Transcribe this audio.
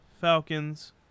Falcons